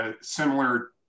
similar